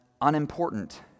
unimportant